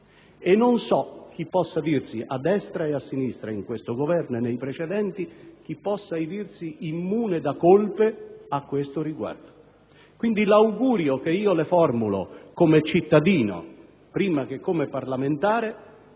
E non so chi possa dirsi, a destra e a sinistra, in questo Governo e nei precedenti, immune da colpe a tale riguardo. L'augurio che le formulo, come cittadino, prima che come parlamentare,